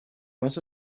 was